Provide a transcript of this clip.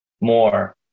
more